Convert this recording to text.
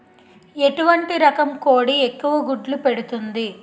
ఎటువంటి రకం కోడి ఎక్కువ గుడ్లు పెడుతోంది?